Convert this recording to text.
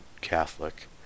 Catholic